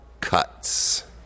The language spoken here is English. cuts